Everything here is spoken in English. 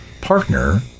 partner